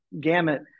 gamut